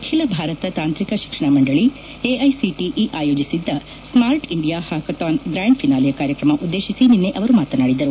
ಅಖಿಲ ಭಾರತ ತಾಂತ್ರಿಕ ಶಿಕ್ಷಣ ಮಂಡಳಿ ಎಐಸಿಟಿಇ ಆಯೋಜಿಸಿದ್ದ ಸ್ಮಾರ್ಟ್ ಇಂಡಿಯಾ ಹ್ಯಾಕಥಾನ್ನ ಗ್ರಾಂಡ್ ಫಿನಾಲೆ ಕಾರ್ಯಕ್ರಮ ಉದ್ದೇಶಿಸಿ ನಿನ್ನೆ ಅವರು ಮಾತನಾಡಿದರು